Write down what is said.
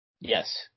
Yes